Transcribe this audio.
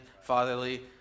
fatherly